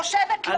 תושבת לוד,